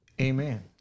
Amen